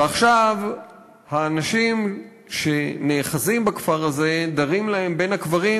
ועכשיו האנשים שנאחזים בכפר הזה דרים להם בין הקברים,